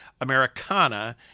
Americana